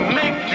make